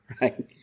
right